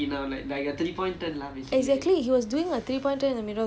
he U-turn also not one swift motion